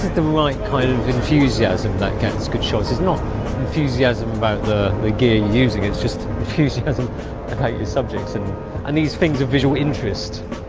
the right kind of enthusiasm that gets good shots is not enthusiasm about the the gear using it's just refused. he hasn't about your subjects and and these things are visual interest